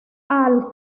hall